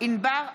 ענבר בזק,